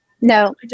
no